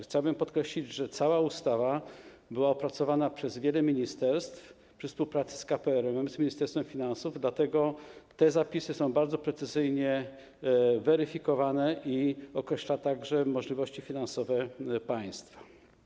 Chciałbym podkreślić, że cała ustawa była opracowana przez wiele ministerstw przy współpracy z KPRM, z Ministerstwem Finansów, dlatego te zapisy są bardzo precyzyjnie weryfikowane, i określa także możliwości finansowe państwa.